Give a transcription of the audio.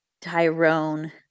Tyrone